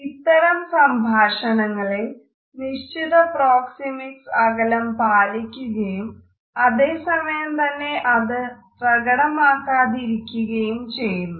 ഇത്തരം സംഭാഷണങ്ങളിൽ നിശ്ചിത പ്രോക്സെമിക്സ് അകലം പാലിക്കുകയും അതേസമയം തന്നെ അത് പ്രകടമാക്കാതിരിക്കുകയും ചെയ്യുന്നു